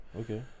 Okay